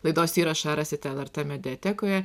laidos įrašą rasite lrt mediatekoje